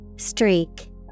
Streak